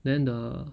then the